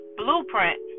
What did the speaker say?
blueprint